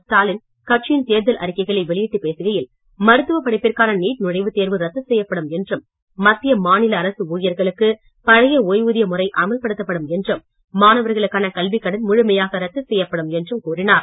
ஸ்டாலின் கட்சியின் தேர்தல் அறிக்கைளை வெளியிட்டு பேசுகையில் மருத்துவ படிப்பிற்கான நீட் நுழைவுத்தேர்வு ரத்து செய்யப்படும் என்றும் மத்திய மாநில அரசு ஊழியர்களுக்கு பழைய ஓய்வூதிய முறை அமல்படுத்தப்படும் என்றும் மாணவர்களுக்கான கல்விக்கடன் முழுமையாக ரத்து செய்யப்படும் என்றும் கூறினார்